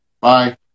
Bye